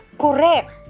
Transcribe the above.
correct